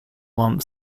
lump